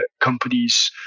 companies